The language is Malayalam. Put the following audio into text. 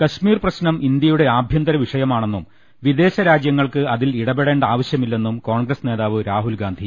കശ്മീർ പ്രശ്നം ഇന്ത്യയുടെ ആഭ്യന്തര വിഷയമാ ണെന്നും വിദേശ രാജ്യങ്ങൾക്ക് അതിൽ ഇടപെടേണ്ട ആവശ്യമില്ലെന്നും കോൺഗ്രസ് നേതാവ് രാഹുൽ ഗാന്ധി